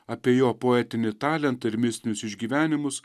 apie jo poetinį talentą ir mistinius išgyvenimus